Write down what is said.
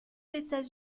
états